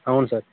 అవును సార్